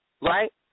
right